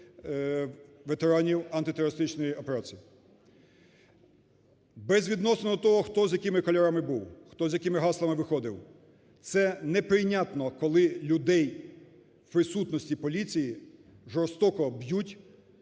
ветеранів антитерористичної операції. Безвідносно до того, хто з якими кольорами був, хто з якими гаслами виходив, це неприйнятно, коли людей в присутності поліції жорстоко б'ють